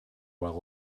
well